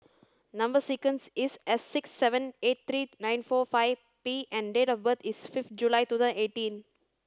number sequence is S six seven eight three nine four five P and date of birth is fifth July two thousand eighteen